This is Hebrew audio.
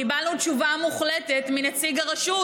קיבלנו תשובה מוחלטת מנציג הרשות: